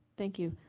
thank you,